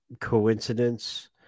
coincidence